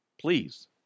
Please